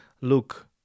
look